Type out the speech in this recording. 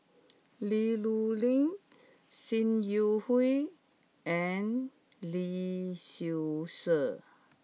Li Rulin Sim Yi Hui and Lee Seow Ser